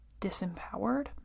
disempowered